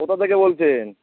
কোথা থেকে বলছেন